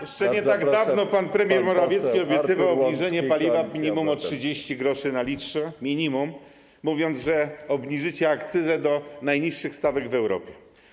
Jeszcze nie tak dawno pan premier Morawiecki obiecywał obniżenie cen paliwa minimum o 30 gr na litrze, mówiąc, że obniżycie akcyzę do najniższych stawek w Europie.